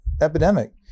epidemic